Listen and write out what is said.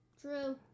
True